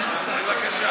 בבקשה.